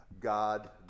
God